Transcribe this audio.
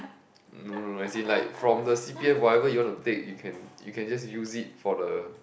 no no as in like from the c_p_f whatever you want to take you can you can just use it for the